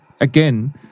again